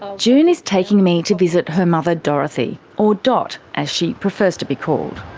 ah june is taking me to visit her mother dorothy, or dot as she prefers to be called.